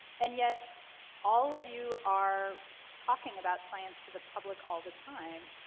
and yet all of you are talking about science to the public all the time.